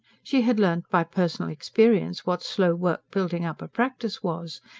she had learnt by personal experience what slow work building up a practice was.